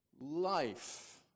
life